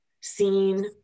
seen